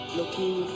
looking